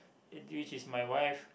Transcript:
which is my wife